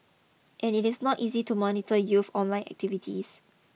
and it is not easy to monitor youth online activity